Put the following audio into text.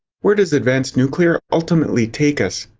where does advanced nuclear ultimately take us?